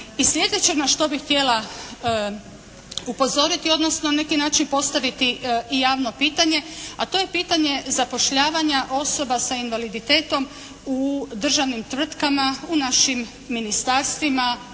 slijedeće na što bih htjela upozoriti, odnosno na neki način postaviti i javno pitanje, a to je pitanje zapošljavanja osoba sa invaliditetom u državnim tvrtkama u našim ministarstvima,